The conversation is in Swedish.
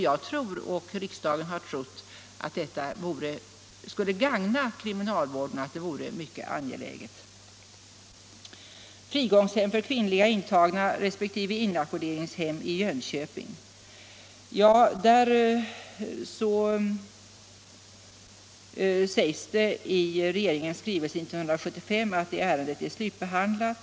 Jag tror — och riksdagen har trott — att detta skulle gagna kriminalvården och att det vore mycket angeläget. Så till frågorna om frigångshem för kvinnliga intagna resp. ett inackorderingshem i Jönköping. I regeringens skrivelse av år 1975 sägs det att detta ärende är slutbehandlat.